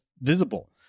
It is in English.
visible